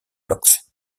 blocks